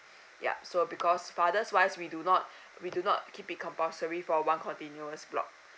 yup so because father's wise we do not we do not keep it compulsory for one continuous block